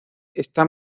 está